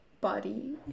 body